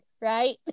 right